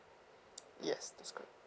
yes that is correct